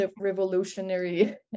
revolutionary